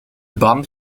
band